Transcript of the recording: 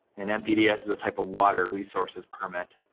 and mpdes is a type of water resources permit.